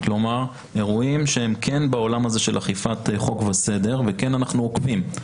כלומר: אירועים שהם כן בעולם של אכיפת חוק וסדר וכן אנחנו עוקבים.